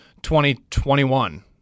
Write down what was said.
2021